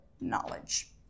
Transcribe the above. knowledge